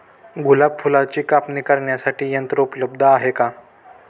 गुलाब फुलाची कापणी करण्यासाठी यंत्र उपलब्ध आहे का?